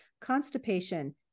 constipation